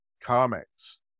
comics